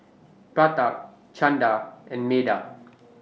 Pratap Chanda and Medha